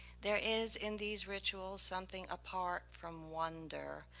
there is in these rituals something apart from wonder,